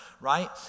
right